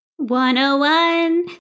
101